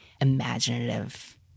imaginative